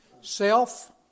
Self